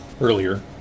earlier